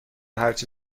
هرچه